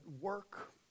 work